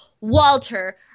Walter